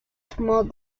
sumó